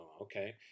Okay